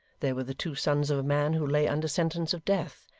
there were the two sons of a man who lay under sentence of death,